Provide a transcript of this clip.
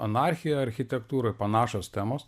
anarchija architektūroj panašios temos